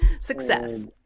success